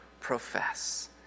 profess